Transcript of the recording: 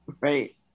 right